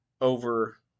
over